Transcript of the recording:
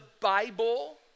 Bible